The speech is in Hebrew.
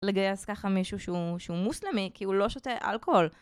לגייס ככה מישהו שהוא מוסלמי כי הוא לא שותה אלכוהול.